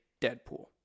Deadpool